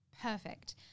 Perfect